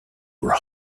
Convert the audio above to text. were